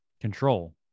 control